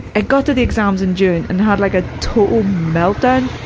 i got to the exams in june and had like a total meltdown.